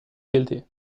guilty